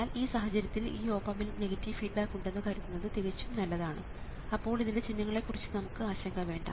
എന്നാൽ ഈ സാഹചര്യത്തിൽ ഈ ഓപ് ആമ്പിന് നെഗറ്റീവ് ഫീഡ്ബാക്ക് ഉണ്ടെന്ന് കരുതുന്നത് തികച്ചും നല്ലതാണ് അപ്പോൾ ഇതിന്റെ ചിഹ്നങ്ങളെ കുറിച്ച് നമുക്ക് ആശങ്ക വേണ്ട